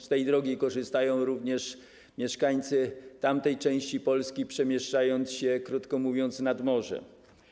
Z tej drogi korzystają też mieszkańcy tamtej części Polski, przemieszczając się, krótko mówiąc, nad morze.